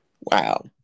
wow